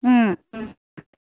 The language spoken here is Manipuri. ꯎꯝ ꯎꯝ ꯎꯝ